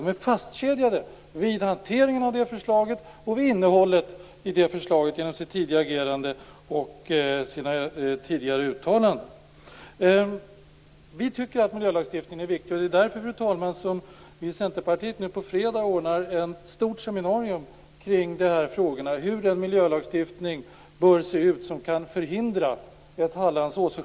De är fastkedjade vid hanteringen av det förslaget och vid dess innehåll; detta genom deras tidigare agerande och tidigare uttalanden. Vi tycker att miljölagstiftningen är viktig. Det är därför, fru talman, som vi i Centerpartiet på fredag denna vecka anordnar ett stort seminarium kring de här frågorna. Det gäller hur den miljölagstiftning bör se ut som så att säga kan förhindra en ny Hallandsås.